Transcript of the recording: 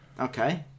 Okay